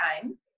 time